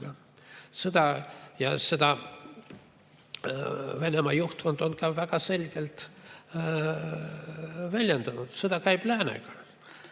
seda on Venemaa juhtkond ka väga selgelt väljendanud. Sõda käib Läänega.